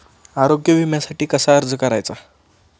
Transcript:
आरोग्य विम्यासाठी कसा अर्ज करायचा?